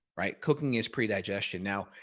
right cooking is pre digestion. now,